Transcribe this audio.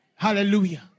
Hallelujah